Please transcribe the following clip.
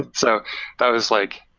and so that was like,